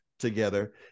together